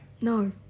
No